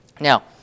Now